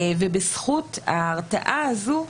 ובזכות ההרתעה הזו,